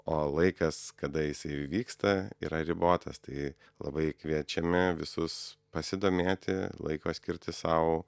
o laikas kada jisai įvyksta yra ribotas tai labai kviečiame visus pasidomėti laiko skirti sau